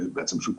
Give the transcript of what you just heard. בעצם של כולם,